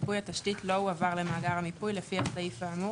מיפוי התשתית לא הועבר למאגר המיפוי לפי הסעיף האמור,